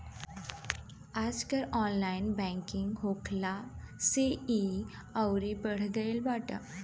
आजकल online banking होखला से इ अउरी बढ़ गईल बाटे